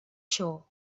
shore